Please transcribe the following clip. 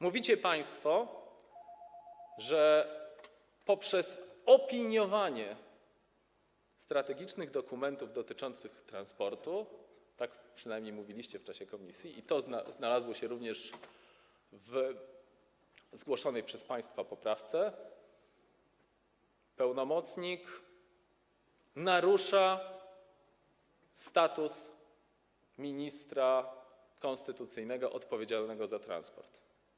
Mówicie państwo, że poprzez opiniowanie strategicznych dokumentów dotyczących transportu - przynajmniej tak mówiliście w czasie posiedzenia komisji i znalazło się to w zgłoszonej przez państwa poprawce - pełnomocnik narusza status ministra konstytucyjnego odpowiedzialnego za transport.